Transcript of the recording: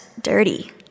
dirty